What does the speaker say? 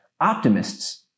Optimists